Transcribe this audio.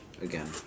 again